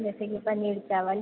जइसे कि पनीर चावल